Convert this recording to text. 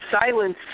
silence